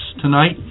tonight